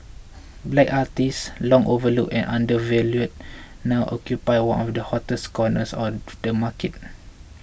black artists long overlooked and undervalued now occupy one of the hottest corners of the market